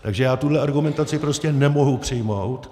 Takže já tuhle argumentaci prostě nemohu přijmout.